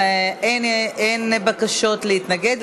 אין בקשות להתנגד,